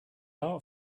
art